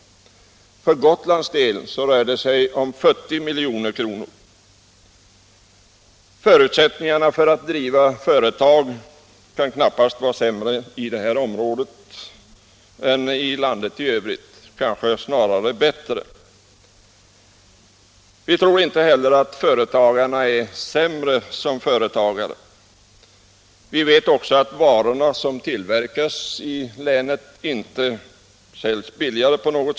För Gotland rör det sig om 40 milj.kr.! Förutsättningarna att driva företag kan knappast vara sämre i detta område än i landet i övrigt, snarare bättre. Vi tror inte heller att företagarna är sämre som företagare. Vi vet också att varorna som tillverkas i länet inte säljs billigare.